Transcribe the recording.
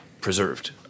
preserved